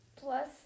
Plus